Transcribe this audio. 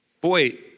boy